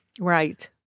Right